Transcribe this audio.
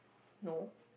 no